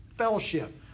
Fellowship